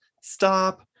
Stop